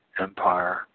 empire